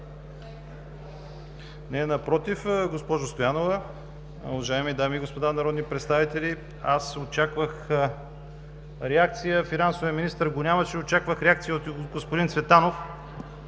Не, напротив, госпожо Стоянова. Уважаеми дами и господа народни представители, аз очаквах реакция. Финансовият министър го нямаше, очаквах реакция от господин Цветанов,